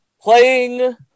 playing